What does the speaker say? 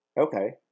Okay